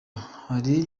hari